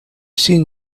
seen